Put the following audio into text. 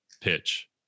pitch